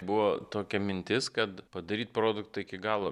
buvo tokia mintis kad padaryt produktą iki galo